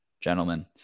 Gentlemen